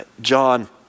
John